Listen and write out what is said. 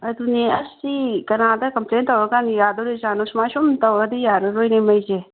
ꯑꯗꯨꯅꯦ ꯑꯁ ꯁꯤ ꯀꯥꯅꯥꯗ ꯀꯝꯄ꯭ꯂꯦꯟ ꯇꯧꯔ ꯀꯥꯟꯗ ꯌꯥꯗꯣꯔꯤꯖꯥꯠꯅꯣ ꯁꯨꯃꯥꯏ ꯁꯨꯝ ꯇꯧꯔꯗꯤ ꯌꯥꯔꯔꯣꯏꯅꯦ ꯃꯩꯁꯦ